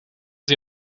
sie